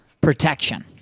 protection